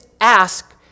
ask